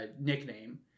nickname